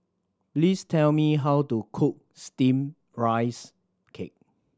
please tell me how to cook Steamed Rice Cake